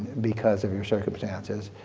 because of your circumstances,